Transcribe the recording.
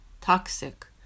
toxic